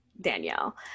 danielle